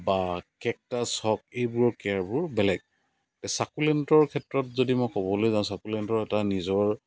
বা কেকটাছ হওক এইবোৰৰ কেয়াৰবোৰ বেলেগ ছাকুলেণ্টৰ ক্ষেত্ৰত যদি মই ক'বলৈ যাওঁ ছাকুলেণ্টৰ এটা নিজৰ